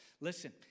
Listen